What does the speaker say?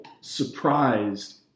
surprised